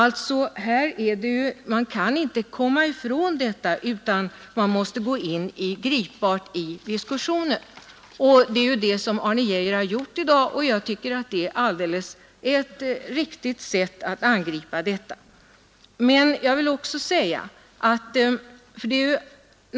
Det går inte att komma ifrån att man i diskussionen måste gå in på gripbara saker, och det är vad herr Arne Geijer har gjort här i dag.